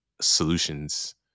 solutions